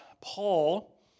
Paul